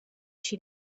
she